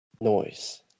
Noise